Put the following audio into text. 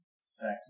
sex